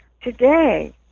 today